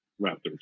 Raptors